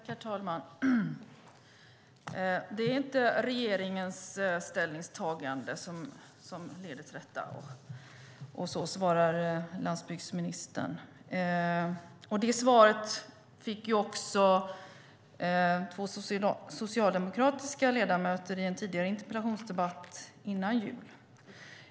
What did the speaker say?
Herr talman! Det är inte regeringens ställningstagande som lett till detta, svarar landsbygdsministern. Det svaret fick också två socialdemokratiska ledamöter i en interpellationsdebatt före jul.